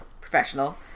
Professional